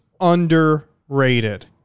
underrated